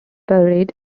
buried